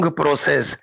process